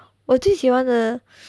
我最喜欢的